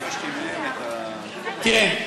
תראה,